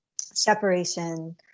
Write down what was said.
separation